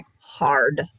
hard